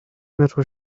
metal